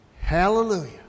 Hallelujah